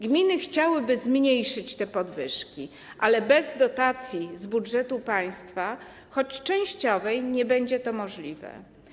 Gminy chciałyby zmniejszyć te podwyżki, ale bez dotacji z budżetu państwa, choć częściowej, nie będzie to możliwe.